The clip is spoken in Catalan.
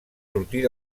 sortir